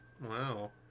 Wow